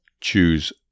choose